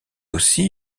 aussi